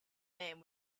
name